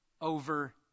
over